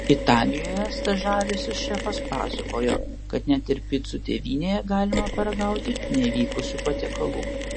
italijoje stažavęsis šefas pasakojo kad net ir picų tėvynėje galima paragauti nevykusių patiekalų